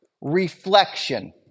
reflection